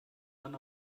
dann